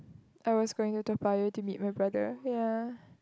I was going to Toa-Payoh to meet my brother ya